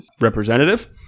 representative